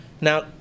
Now